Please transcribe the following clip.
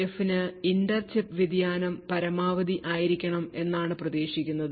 എഫിന് inter chip വ്യതിയാനം പരമാവധി ആയിരിക്കണം എന്നാണ് പ്രതീക്ഷിക്കുന്നത്